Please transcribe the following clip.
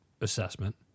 assessment